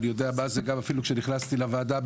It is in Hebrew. גם כשנכנסתי לוועדה,